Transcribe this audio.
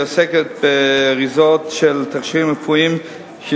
עוסקת באריזות של תכשירים רפואיים,